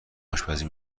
آشپزی